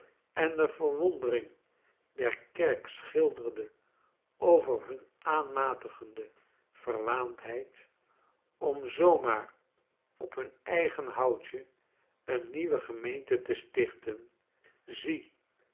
zynerhoordersen de verwondering der kerk schilderde over hun aanmatigende verwaandheid om zoo maar op hun eigen houtje een nieuwe gemeente te stichten zie